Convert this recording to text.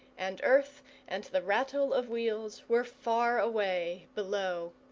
and earth and the rattle of wheels were far away below.